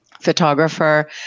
photographer